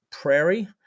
prairie